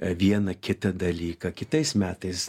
vieną kitą dalyką kitais metais